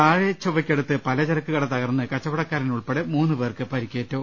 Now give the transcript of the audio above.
താഴെ ചൊവ്വയ്ക്കടുത്ത് പലചര ക്കുകട തകർന്ന് കച്ചവടക്കാരൻ ഉൾപ്പെടെ മൂന്നുപേർക്ക് പരിക്കേറ്റു